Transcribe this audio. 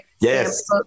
Yes